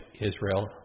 Israel